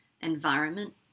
environment